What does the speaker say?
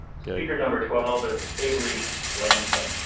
speaker number twelve is avery lamson,